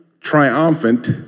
triumphant